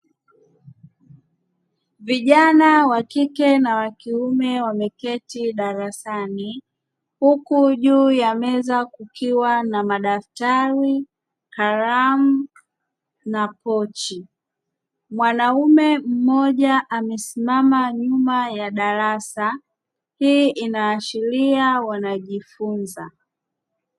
Vijana wakike na wakiume wameketi darasani, huku juu ya meza kukiwa na madaftari, kalamu na pochi. Mwanaume mmoja amesimama nyuma ya darasa, hii inaashiria wanajifunza.